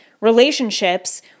relationships